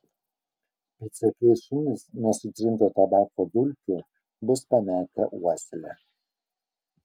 pėdsekiai šunys nuo sutrinto tabako dulkių bus pametę uoslę